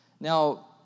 Now